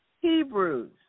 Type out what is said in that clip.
Hebrews